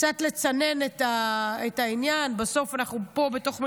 קצת לצנן את העניין, בסוף אנחנו פה בתוך מלחמה,